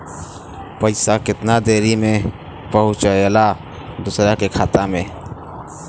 पैसा कितना देरी मे पहुंचयला दोसरा के खाता मे?